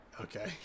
Okay